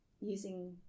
using